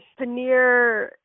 Paneer